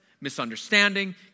misunderstanding